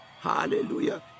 Hallelujah